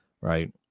right